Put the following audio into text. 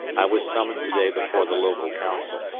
i was summoned to-day before the local council,